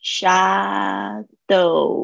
Shadow，